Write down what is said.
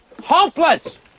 hopeless